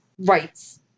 rights